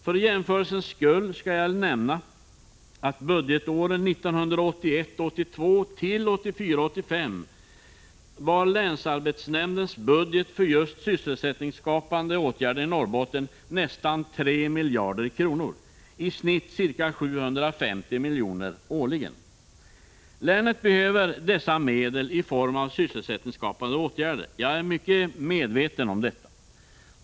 För jämförelsens skull kan jag nämna att budgetåren 1981 85 var länsarbetsnämndens budget för just sysselsättningsskapande åtgärder i Norrbotten nästan 3 miljarder kronor, i genomsnitt ca 750 miljoner årligen. Länet behöver dessa medel i form av sysselsättningsskapande åtgärder. Jag är väl medveten om det.